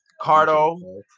Cardo